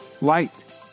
light